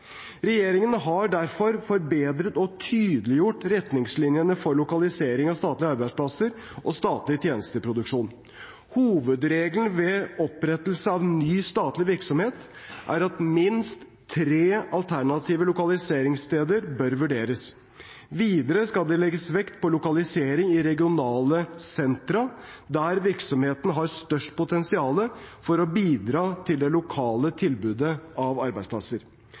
Regjeringen har derfor forbedret og tydeliggjort retningslinjene for lokalisering av statlige arbeidsplasser og statlig tjenesteproduksjon. Hovedregelen ved opprettelse av ny statlig virksomhet er at minst tre alternative lokaliseringssteder bør vurderes. Videre skal det legges vekt på lokalisering i regionale sentra, der virksomheten har størst potensial for å bidra til det lokale tilbudet av arbeidsplasser.